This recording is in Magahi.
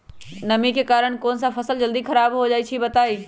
नमी के कारन कौन स फसल जल्दी खराब होई छई बताई?